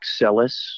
Axelis